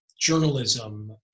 journalism